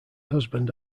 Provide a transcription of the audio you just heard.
husband